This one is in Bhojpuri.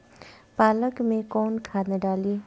पालक में कौन खाद डाली?